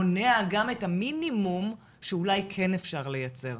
מונע גם את המינימום שאולי כן אפשר לייצר,